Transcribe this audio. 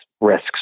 risks